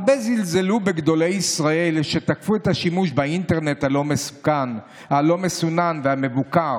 הרבה זלזלו בגדולי ישראל שתקפו את השימוש באינטרנט הלא-מסונן והמבוקר,